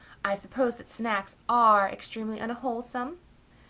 i suppose that snacks are extremely unwholesome.